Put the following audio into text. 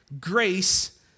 Grace